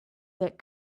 that